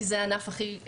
כי זה הענף הכי גדול,